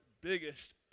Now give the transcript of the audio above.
biggest